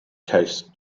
case